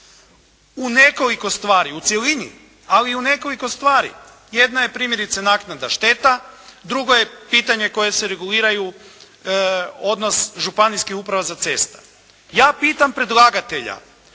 U nekoliko stvari u cjelini, ali i u nekoliko stvari. Jedna je primjerice naknada šteta. Drugo je pitanje koje se reguliraju odnos Županijskih uprava za cesta. Ja pitam predlagatelja.